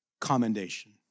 commendation